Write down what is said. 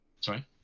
Sorry